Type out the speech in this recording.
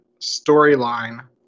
storyline